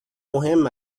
مهم